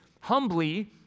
humbly